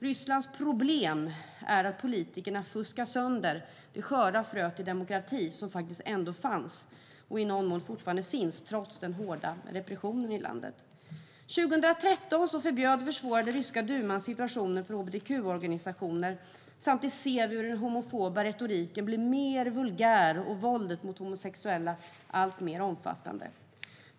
Rysslands problem är att politikerna fuskar sönder det sköra frö till demokrati som faktiskt ändå fanns och i någon mån fortfarande finns trots den hårda repressionen i landet. År 2013 förbjöd och försvårade den ryska Duman situationen för hbtq-organisationer. Samtidigt ser vi hur den homofoba retoriken blir mer vulgär och våldet mot homosexuella alltmer omfattande.